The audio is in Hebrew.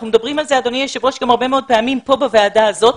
אנחנו מדברים על זה הרבה מאוד פעמים פה בוועדה הזאת,